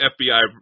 FBI